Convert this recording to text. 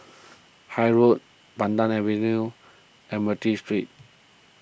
Haig Road Pandan Avenue Admiralty Street